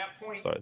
Sorry